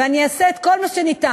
ואני אעשה את כל מה שניתן